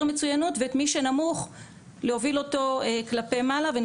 מצוינות ואת מי שנמוך להוביל אותו כלפי מעלה ואני